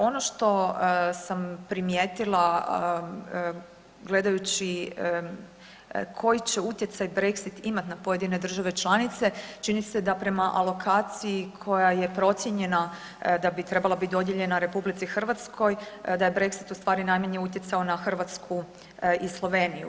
Ono što sam primijetila gledajući koji će utjecaj Brexit imati na pojedine države članice, čini se da prema alokaciji koja je procijenjena da bi trebala biti dodijeljena Republici Hrvatskoj, da je Brexit u stvari najmanje utjecao na Hrvatsku i Sloveniju.